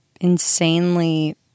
insanely